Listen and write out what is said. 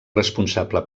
responsable